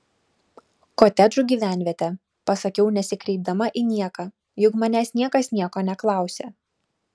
kotedžų gyvenvietė pasakiau nesikreipdama į nieką juk manęs niekas nieko neklausė